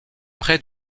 près